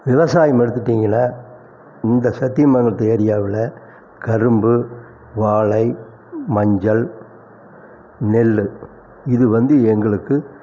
விவசாயம் எடுத்துகிட்டிங்னா இந்த சத்தியமங்கலத்து ஏரியாவில் கரும்பு வாழை மஞ்சள் நெல்லு இது வந்து எங்களுக்கு